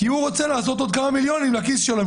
כי הוא רוצה להכניס עוד כמה מיליונים לכיס שלו,